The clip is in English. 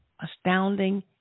astounding